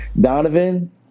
Donovan